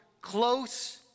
close